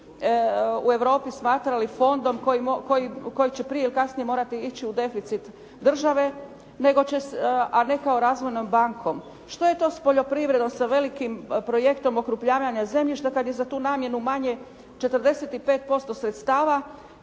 u Europi smatrali fondom koji će prije ili kasnije morati ići u deficit države a ne kao razvojnom bankom. Što je to s poljoprivredom, sa velikim projektom okrupnjavanja zemljišta kad je za tu namjenu manje 45% sredstava